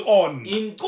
on